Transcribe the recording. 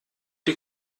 die